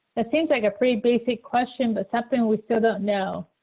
that seems like a pretty basic question, but something we still don't know.